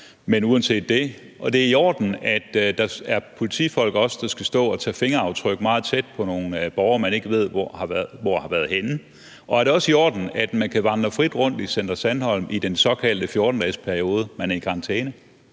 Men uanset det, er det så i orden, at der også er politifolk, der skal stå og tage fingeraftryk meget tæt på nogle borgere, man ikke ved hvor har været henne? Og er det også i orden, at man kan vandre frit rundt på Center Sandholm i den såkaldte 14-dagesperiode, man er i karantæne?